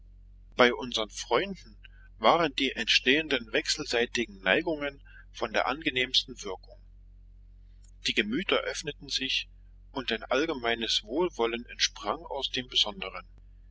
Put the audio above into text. bei unsern freunden waren die entstehenden wechselseitigen neigungen von der angenehmsten wirkung die gemüter öffneten sich und ein allgemeines wohlwollen entsprang aus dem besonderen